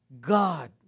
God